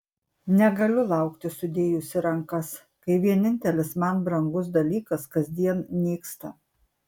negaliu laukti sudėjusi rankas kai vienintelis man brangus dalykas kasdien nyksta